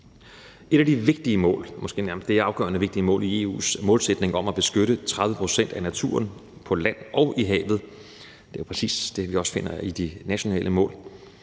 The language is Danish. Et af de vigtige mål – måske nærmest det afgørende vigtige mål i EU's målsætning – er at beskytte 30 pct. af naturen på land og i havet. Det er præcis det, vi også finder i de nationale mål.